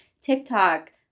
TikTok